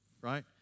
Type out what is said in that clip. right